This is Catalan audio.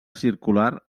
circular